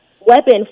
weapon